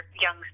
young